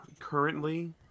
currently